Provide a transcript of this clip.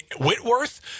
Whitworth